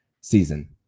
season